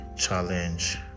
challenge